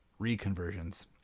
reconversions